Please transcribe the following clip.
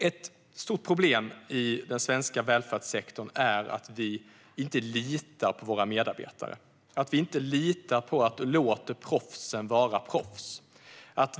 Ett stort problem i den svenska välfärdssektorn är att vi inte litar på våra medarbetare och att vi inte låter proffsen vara proffs.